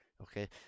okay